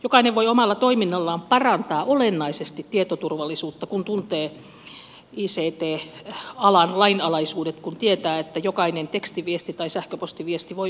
jokainen voi omalla toiminnallaan parantaa olennaisesti tietoturvallisuutta kun tuntee ict alan lainalaisuudet kun tietää että jokainen tekstiviesti tai sähköpostiviesti voi olla tietoturvariski